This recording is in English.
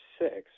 six